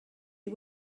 you